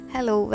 Hello